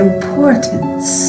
importance